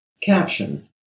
Caption